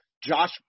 Josh